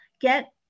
get